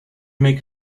make